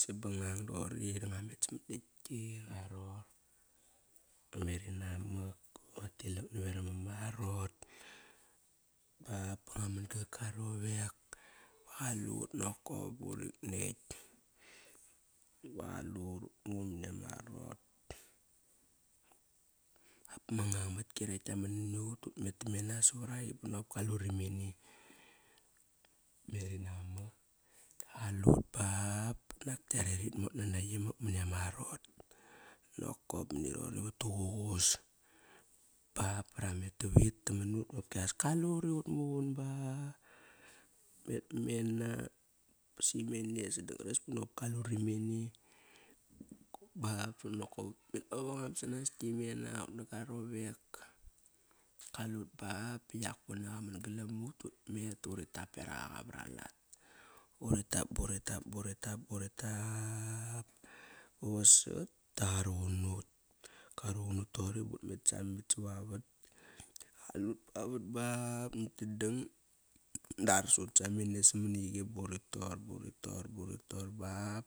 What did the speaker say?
Sabangang doqori da ngua met samat lekti ngua ror. Ngua meri namak, ngua tilak naveram ama arot ba ba ngua man gal gua rovek. Qalut nokop burit nekt. Ba qalut ut muqun mani ama arot. Dap ma ngang matki rekt kiaman nani ut. Ut met tamena savar aqi, banop kalut imene. Ut meri namak. Qalut bap banak kiare ritmot nana yimak mani ama arot. Nokop mani roqori vat duqusqus. Ba ba ramet tavit namanut qopkias kalut i ut muqun ba ut met mena simene sadangares ba nop kaluri mene. Ba banokop utmet mavangam sanas kimena ngu na gua rovek. Kalut ba ba yakpone qaman galam ut, dut met ba uri tap beraq aqa var alat. Uri tap buri tap, buri tap, buri tap ba vasat da qarun nut. Karuqunut toqori but met samit savavat. Qalut pavat ba nakt dangdang da ar sut samam mene sa mani qi buri tor buri tor buri tor bap ba